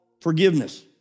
forgiveness